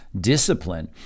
discipline